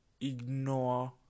ignore